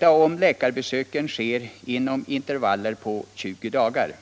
om läkarbesöken sker inom intervaller på 20 dagar.